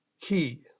key